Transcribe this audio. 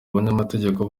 abanyamategeko